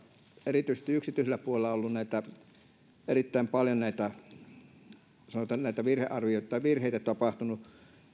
erityisesti yksityisellä puolella on erittäin paljon näitä virheitä tapahtunut